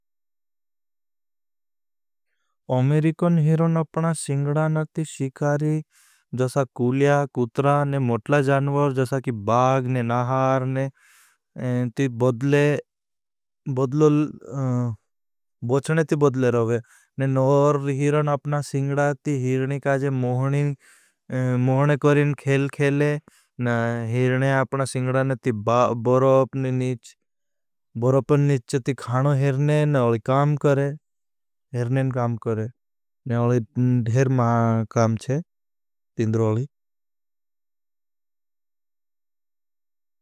अमेरिकन हीरन अपना सिंगडा नती शीकारी जसा कुलिया, कुत्रा ने मोटला जानवर जसा की बाग ने नहार ने ती बदले, बदलो। बचने ती बदले रोगे ने नौर हीरन अपना सिंगडा ती हीरनी काजे मोहने करें खेल खेले न हीरने आपना सिंगडा नती बरोपन नीच थी खानो। हीरने न वली काम करें हीरने न काम करें न वली ध्यार महा काम छे तिंद्रोली।